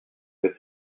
que